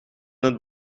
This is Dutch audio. het